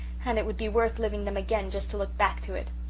and it would be worth living them again just to look back to it.